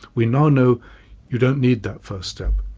we now know you don't need that first step,